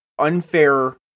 unfair